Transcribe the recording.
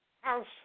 House